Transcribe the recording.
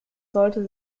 sollte